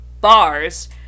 bars